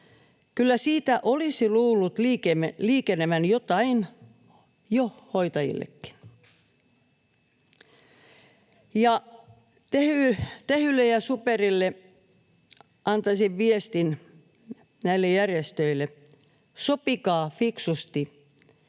Kyllä siitä olisi luullut liikenevän jotain jo hoitajillekin. Tehylle ja SuPerille, näille järjestöille, antaisin